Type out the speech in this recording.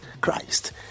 Christ